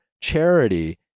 Charity